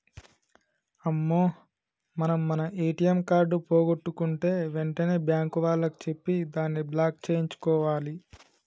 అమ్మో మనం మన ఏటీఎం కార్డు పోగొట్టుకుంటే వెంటనే బ్యాంకు వాళ్లకి చెప్పి దాన్ని బ్లాక్ సేయించుకోవాలి